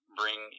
bring